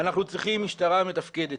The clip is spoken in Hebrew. אנחנו צריכים משטרה מתפקדת.